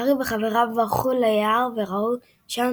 הארי וחבריו ברחו ליער וראו שם